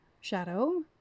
Shadow